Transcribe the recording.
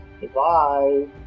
Goodbye